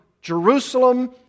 Jerusalem